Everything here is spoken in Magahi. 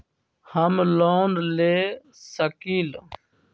हम लोन ले सकील?